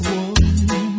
one